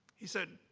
he said,